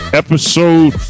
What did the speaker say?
episode